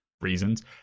reasons